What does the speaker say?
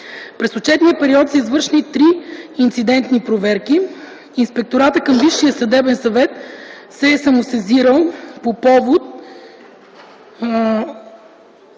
През отчетния период са извършени 3 инцидентни проверки. Инспекторатът към Висшия съдебен съвет се е самосезирал по повод